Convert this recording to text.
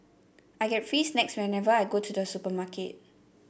I get free snacks whenever I go to the supermarket